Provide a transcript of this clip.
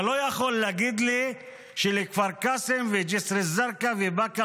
אתה לא יכול להגיד לי שכפר קאסם וג'יסר א-זרקא ובאקה